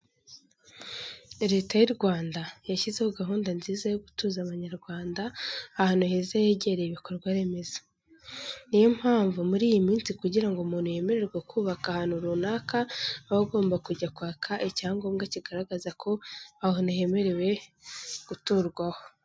Leta y'u Rwanda yashyizeho gahunda nziza yo gutuza Abanyarwanda ahantu heza hegereye ibikorwa remezo. Ni yo mpamvu, muri iyi minsi kugira ngo umuntu yemererwe kubaka ahantu runaka, aba agomba kujya kwaka icyangomba kigaragaza ko aho hantu hemerewe guturwaho.